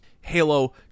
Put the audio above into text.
halo